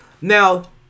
Now